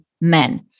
men